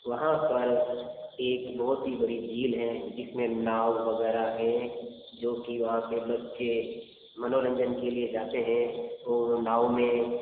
वहाँ पर एक बहुत ही बड़ी झील हैं जिसमें नाव वगैरह हैं जो कि वहाँ पे बच्चे मनोरंजन के लिए जाते हैं वो नाव में